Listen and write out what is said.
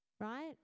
Right